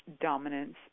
dominance